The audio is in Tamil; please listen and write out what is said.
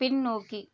பின்னோக்கி